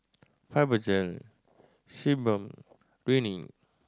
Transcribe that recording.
Fibogel Sebamed Rene